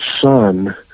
son